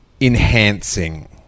enhancing